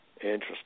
Interesting